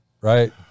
Right